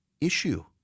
issue